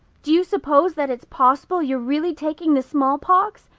do you suppose that it's possible you're really taking the smallpox?